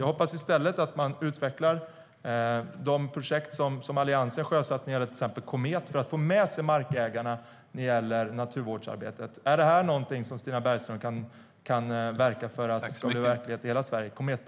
Jag hoppas i stället att man utvecklar de projekt som Alliansen sjösatt, till exempel Komet, för att få med sig markägarna i naturvårdsarbetet. Är Kometprojektet något som Stina Bergström kan verka för ska bli verklighet i hela Sverige?